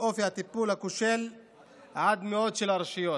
אופי הטיפול הכושל עד מאוד של הרשויות.